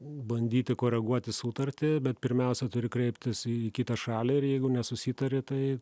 bandyti koreguoti sutartį bet pirmiausia turi kreiptis į kitą šalį ir jeigu nesusitari tai